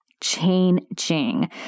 changing